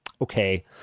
Okay